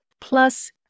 Plus